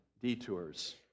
detours